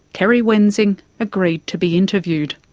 kerry wensing agreed to be interviewed.